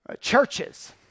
Churches